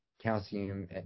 calcium